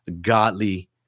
godly